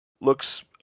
looks